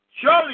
Surely